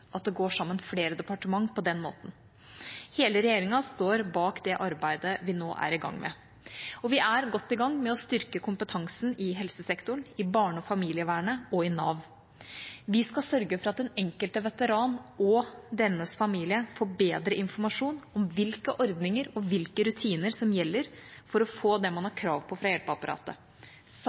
at flere departement går sammen på den måten. Hele regjeringa står bak det arbeidet vi nå er i gang med. Vi er godt i gang med å styrke kompetansen i helsesektoren, i barne- og familievernet og i Nav. Vi skal sørge for at den enkelte veteran og dennes familie får bedre informasjon om hvilke ordninger og hvilke rutiner som gjelder for å få det man har krav på fra hjelpeapparatet.